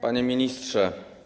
Panie Ministrze!